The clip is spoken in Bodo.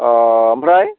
अ' आमफ्राय